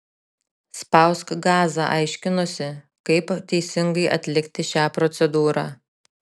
spausk gazą aiškinosi kaip teisingai atlikti šią procedūrą